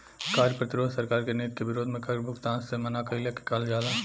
कार्य प्रतिरोध सरकार के नीति के विरोध में कर भुगतान से मना कईला के कहल जाला